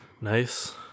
nice